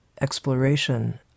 exploration